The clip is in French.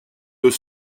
deux